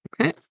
Okay